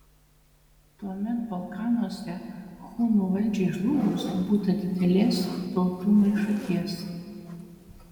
tuomet balkanuose hunų valdžiai žlugus būta didelės tautų maišaties